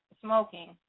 smoking